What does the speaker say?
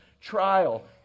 trial